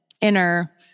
inner